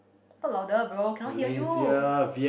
talk louder bro cannot hear you